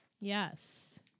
Yes